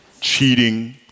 cheating